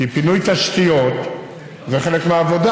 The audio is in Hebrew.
כי פינוי תשתיות זה חלק מהעבודה.